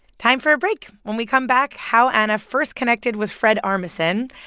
time for a break. when we come back how ana first connected with fred armisen,